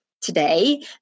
today